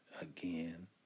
again